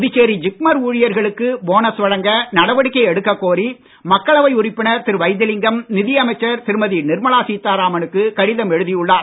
Puducherry JIPMER ஊழியர்களுக்கு bonus வழங்க நடவடிக்கை எடுக்கக் கோரி மக்களவை உறுப்பினர் திரு வைத்திலிங்கம் நிதி அமைச்சர் திருமதி நிர்மலா சீதாராமனுக்கு கடிதம் எழுதியுள்ளார்